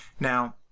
now